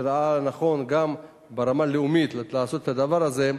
שראה לנכון גם ברמה לאומית לעשות את הדבר הזה,